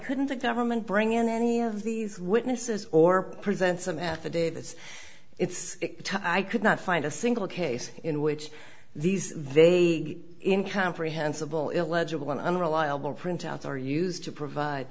couldn't the government bring in any of these witnesses or present some affidavits if i could not find a single case in which these vague in comprehensible illegible and unreliable printouts are used to provide